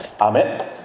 Amen